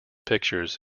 pictures